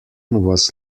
was